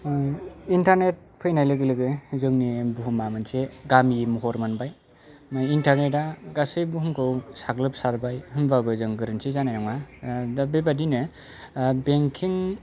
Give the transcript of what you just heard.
internet फैनाय लोगो लोगो जोंनि बुहुमा मोनसे गामि महर मोनबाय इन्टारनेटआ गासै बुहुमखौ साग्लोबसारबाय होमबाबो गोरोन्थि जानाय नङा बेबायदिनो बेंकिं